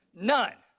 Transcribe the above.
none.